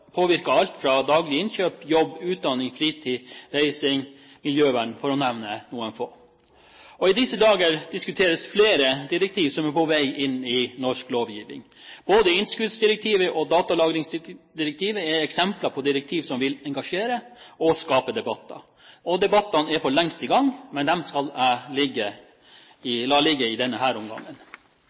alt fra daglige innkjøp, jobb, utdanning, fritid, reising, miljøvern, for å nevne noen få. I disse dager diskuteres flere direktiv som er på vei inn i norsk lovgiving. Både innskuddsdirektivet og datalagringsdirektivet er eksempler på direktiv som vil engasjere og skape debatter. Debattene er for lengst i gang, men de skal jeg la ligge i denne omgang. Forbrukerrettighetsdirektivet er et tredje direktiv som i